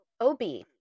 OB